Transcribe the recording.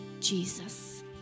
Jesus